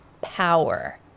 power